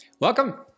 Welcome